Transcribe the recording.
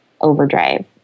overdrive